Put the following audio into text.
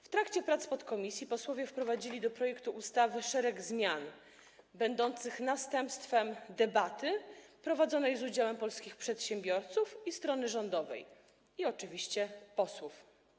W trakcie prac podkomisji posłowie wprowadzili do projektu ustawy szereg zmian będących następstwem debaty prowadzonej z udziałem polskich przedsiębiorców, strony rządowej i oczywiście posłów.